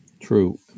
True